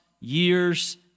years